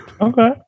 Okay